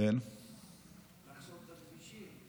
לחסום את הכבישים,